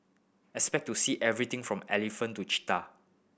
expect to see everything from elephant to cheetah